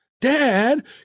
Dad